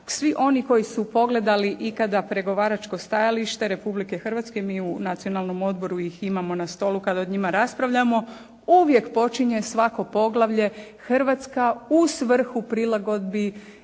svi oni koji su pogledali ikada pregovaračko stajalište Republike Hrvatske, mi u Nacionalnom odboru ih imamo na stolu kad o njima raspravljamo, uvijek počinje svako poglavlje Hrvatska u svrhu prilagodbi